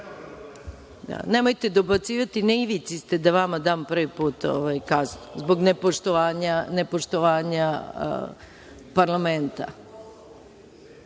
dobacivati. Na ivici ste da vama dam prvi put kaznu zbog nepoštovanja parlamenta. Mogu